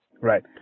right